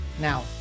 Now